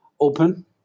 open